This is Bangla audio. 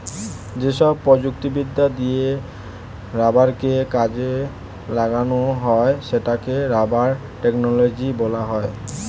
যেসব প্রযুক্তিবিদ্যা দিয়ে রাবারকে কাজে লাগানো হয় সেটাকে রাবার টেকনোলজি বলা হয়